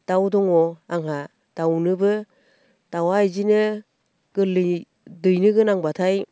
दाउ दङ आंहा दाउनोबो दाउआ इदिनो गोरलै दैनोगोनांब्लाथाय